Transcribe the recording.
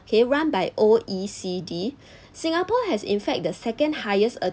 K run by O_E_C_D singapore has in fact the second highest